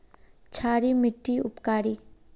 क्षारी मिट्टी उपकारी?